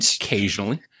occasionally